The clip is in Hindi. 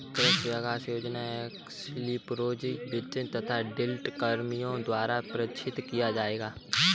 कृषि विकास योजना में एक्स्पोज़र विजिट तथा फील्ड कर्मियों द्वारा प्रशिक्षण किया जाएगा